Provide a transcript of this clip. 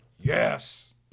Yes